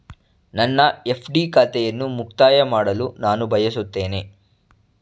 ನನ್ನ ಎಫ್.ಡಿ ಖಾತೆಯನ್ನು ಮುಕ್ತಾಯ ಮಾಡಲು ನಾನು ಬಯಸುತ್ತೇನೆ